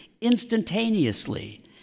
instantaneously